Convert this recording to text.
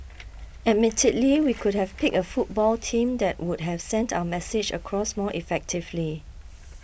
admittedly we could have picked a football team that would have sent our message across more effectively